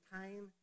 time